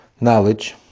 knowledge